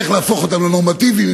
איך להפוך אותם לנורמטיביים.